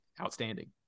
outstanding